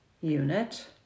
unit